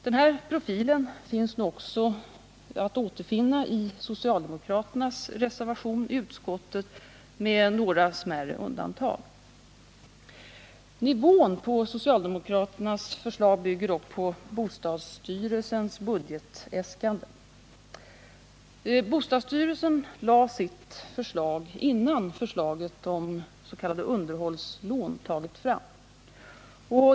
Den profilen återfinns också i socialdemokraternas reservation i utskottet, med några smärre undantag. Nivån i socialdemokraternas förslag bygger dock på bostadsstyrelsens budgetäskanden. Bostadsstyrelsen lade fram sitt förslag innan förslaget om s.k. underhållslån tagits fram.